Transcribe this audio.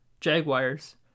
Jaguars